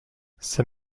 c’est